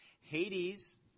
Hades